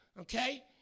okay